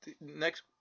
next